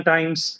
Times